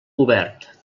obert